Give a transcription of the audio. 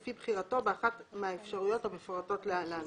לפי בחירתו באחת האפשרויות המפורטות להלן: